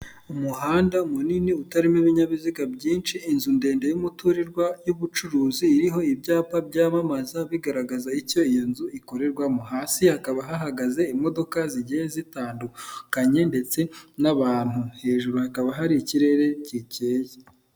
Umuhanda munini utarimo ibinyabiziga byinshi, inzu ndende y'umuturirwa y'ubucuruzi iriho ibyapa byamamaza bigaragaza icyo iyo nzu ikorerwamo, hasi hakaba hahagaze imodoka zigiye zitandukanye ndetse n'abantu, hejuru hakaba hari ikirere gikeye.